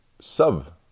sub-